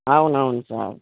అవునవును సార్